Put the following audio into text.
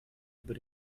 über